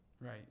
Right